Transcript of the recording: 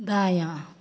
दायाँ